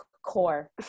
core